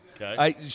Okay